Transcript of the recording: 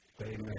Amen